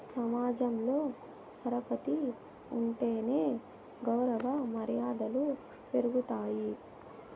సమాజంలో పరపతి ఉంటేనే గౌరవ మర్యాదలు పెరుగుతాయి